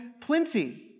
plenty